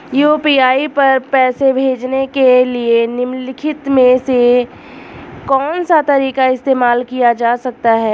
UPI पर पैसे भेजने के लिए निम्नलिखित में से कौन सा तरीका इस्तेमाल किया जा सकता है?